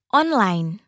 online